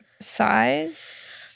Size